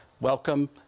Welcome